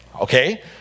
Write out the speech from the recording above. Okay